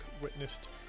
witnessed